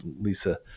Lisa